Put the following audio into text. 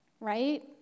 right